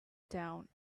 down